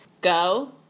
Go